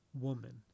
woman